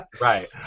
Right